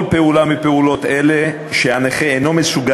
כל פעולה מפעולות אלו שהנכה אינו מסוגל